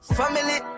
family